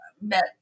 met